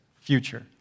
future